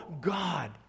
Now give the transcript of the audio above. God